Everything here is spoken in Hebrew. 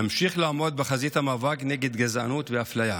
נמשיך לעמוד בחזית המאבק נגד גזענות ואפליה,